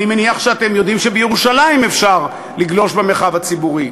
אני מניח שאתם יודעים שבירושלים אפשר לגלוש במרחב הציבורי,